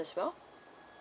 as well